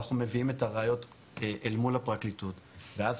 אנחנו מביאים את הראיות אל מול הפרקליטות ואז